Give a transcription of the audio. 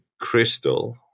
crystal